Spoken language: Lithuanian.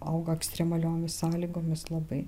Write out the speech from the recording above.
auga ekstremaliom sąlygomis labai